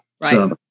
right